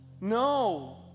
No